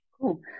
Cool